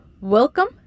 Welcome